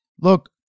Look